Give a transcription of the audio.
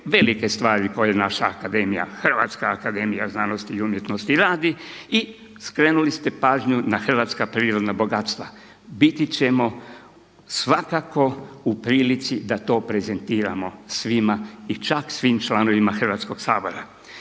velike stvari koje naša Akademija, HAZU radi i skrenuli ste pažnju na hrvatska prirodna bogatstva. Biti ćemo svakako u prilici da to prezentiramo svima i čak svim članovima Hrvatskoga sabora.